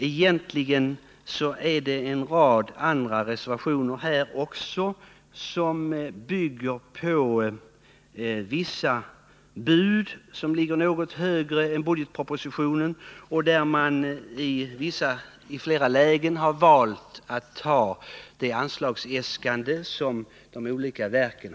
Egentligen finns det en rad andra reservationer som bygger på vissa bud som ligger något högre än budgetpropositionens. I flera lägen har man stannat för anslagsäskandena från de olika verken.